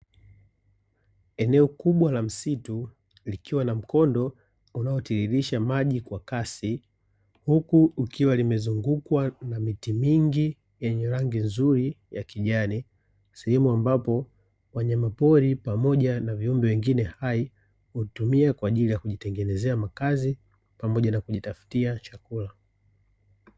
Eneo kubwa la msitu likiwa na mkondo unaotiririsha maji kwa kasi, huku likiwa limezungukwa na miti mingi yenye rangi nzuri ya kijani, sehemu ambapo wanyamapori pamoja na viumbe wengine hai hutumia kwa ajili kujitengenezea makazi pamoja na kujitafutia chakula.